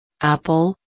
Apple